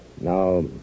Now